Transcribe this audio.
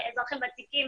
אזרחים ותיקים,